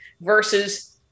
versus